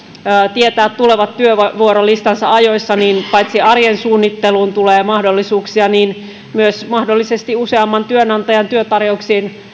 tietää tulevat työvuorolistansa ajoissa niin paitsi että arjen suunnitteluun tulee mahdollisuuksia mahdollisesti myös useamman työnantajan työtarjouksien